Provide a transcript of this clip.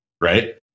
right